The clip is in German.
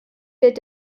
gilt